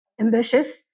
ambitious